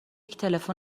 تلفن